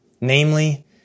Namely